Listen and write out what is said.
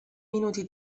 minuti